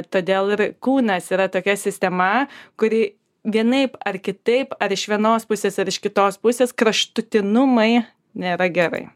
todėl ir kūnas yra tokia sistema kuri vienaip ar kitaip ar iš vienos pusės ir iš kitos pusės kraštutinumai nėra gerai